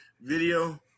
video